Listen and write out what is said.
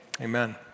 Amen